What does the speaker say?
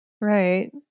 Right